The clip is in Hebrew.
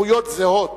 זכויות זהות,